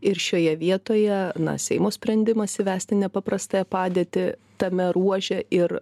ir šioje vietoje na seimo sprendimas įvesti nepaprastąją padėtį tame ruože ir